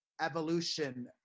evolution